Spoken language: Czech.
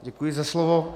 Děkuji za slovo.